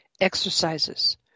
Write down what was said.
exercises